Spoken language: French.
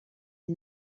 est